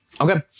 Okay